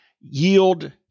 yield